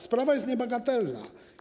Sprawa jest niebagatelna.